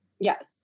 Yes